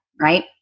right